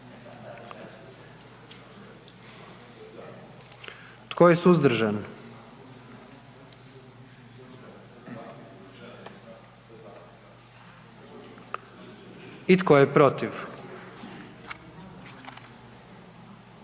Tko je suzdržan? I tko je protiv?